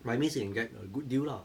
but I means you can get a good deal lah